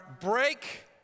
break